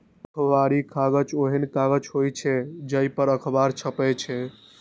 अखबारी कागज ओहन कागज होइ छै, जइ पर अखबार छपै छै